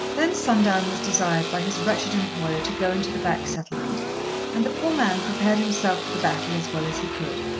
then sundown was desired by his wretched employer to go into the back settlement and the poor man prepared himself for the battle as well as he could.